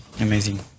Amazing